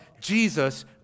Jesus